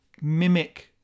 mimic